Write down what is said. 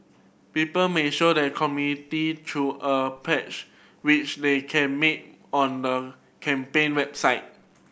people may show their community through a pledge which they can make on the campaign website